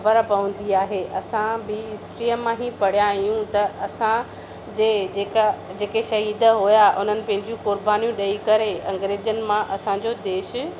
ख़बर पवंदी आहे असां बि हिस्ट्रीय मां ही पढ़ियां आहियूं त असां जे जेका जेके शहीद होआ हुननि पंहिंजियूं क़ुरबानियूं ॾेई करे अंग्रेजनि मां असां जो देश